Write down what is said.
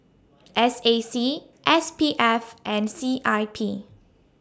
S A C S P F and C I P